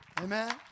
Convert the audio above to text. amen